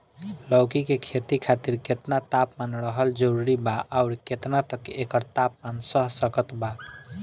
लौकी के खेती खातिर केतना तापमान रहल जरूरी बा आउर केतना तक एकर तापमान सह सकत बा?